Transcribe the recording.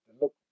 Look